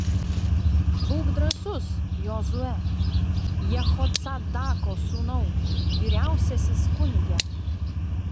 būk drąsus jozue jehocadako sūnau vyriausiasis kunige